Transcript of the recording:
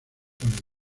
con